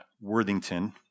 Worthington